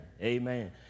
Amen